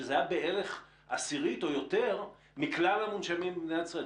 שזה בערך עשירית או יותר מכלל המונשמים במדינת ישראל.